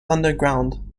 underground